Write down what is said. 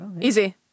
Easy